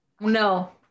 No